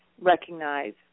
recognize